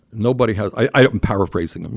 nobody has i am paraphrasing.